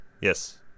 yes